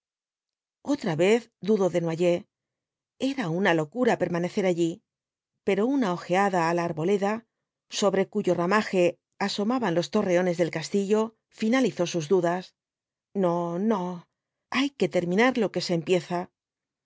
otra vez dudó desnoyers era una locura permanecer allí pero una ojeada á la arboleda sobre cuyo ramaje asomaban los torreones del castillo finalizó sus dudas no no hay que terminar lo que se empieza